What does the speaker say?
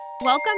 Welcome